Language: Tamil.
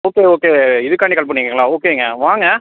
ஓகே ஓகே இதுக்காண்டி கால் பண்ணியிருக்கிங்களா ஓகேங்க வாங்க